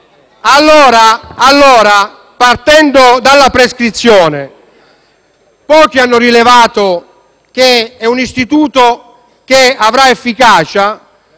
o no? Partendo dalla prescrizione, pochi hanno rilevato che è un istituto che avrà efficacia